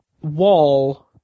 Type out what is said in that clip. wall